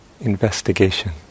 investigation